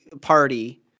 party